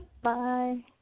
Bye